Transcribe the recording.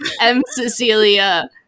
M-Cecilia